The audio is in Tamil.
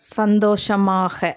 சந்தோஷமாக